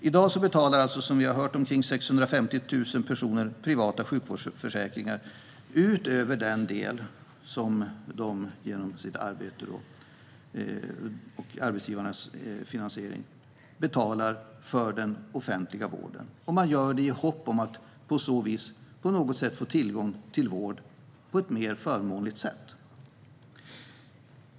I dag betalar, som vi har hört, omkring 650 000 personer för privata sjukvårdsförsäkringar, utöver den del som de och arbetsgivarna betalar för den offentliga vården. Man betalar för privat sjukförsäkring i hopp om att på så vis få tillgång till vård på ett mer förmånligt sätt.